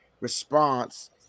response